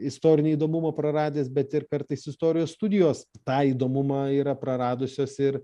istorinį įdomumą praradęs bet ir kartais istorijos studijos tą įdomumą yra praradusios ir